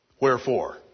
Wherefore